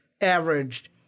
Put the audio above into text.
averaged